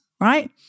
right